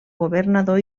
governador